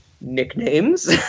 nicknames